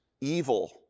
evil